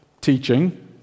teaching